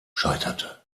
scheiterte